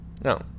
no